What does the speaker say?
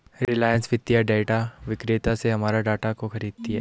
रिलायंस वित्तीय डेटा विक्रेता से हमारे डाटा को खरीदती है